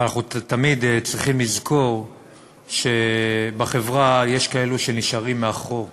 אבל אנחנו תמיד צריכים לזכור שבחברה יש כאלה שנשארים מאחור,